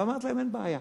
ואמרתי להם: אין בעיה,